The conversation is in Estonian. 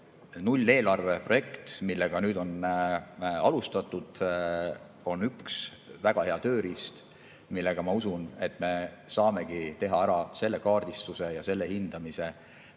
nulleelarve projekt, millega nüüd on alustatud, on üks väga hea tööriist, millega, ma usun, me saamegi teha ära selle kaardistuse ja selle hindamise,